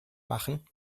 machen